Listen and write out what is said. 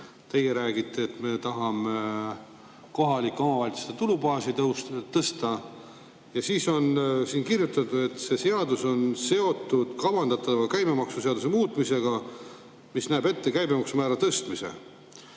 Teie räägite, et me tahame kohalike omavalitsuste tulubaasi tõsta, siin on aga kirjutatud, et see seadus on seotud kavandatava käibemaksuseaduse muutmisega, mis näeb ette käibemaksumäära tõstmise.